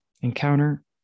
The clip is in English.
Encounter